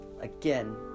Again